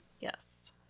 Yes